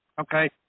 Okay